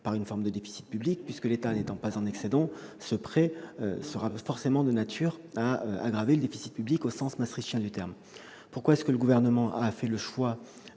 par une forme de déficit public. En effet, le budget de l'État n'étant pas en excédent, ce prêt sera forcément de nature à aggraver le déficit public au sens maastrichtien du terme. Pourquoi le Gouvernement a-t-il choisi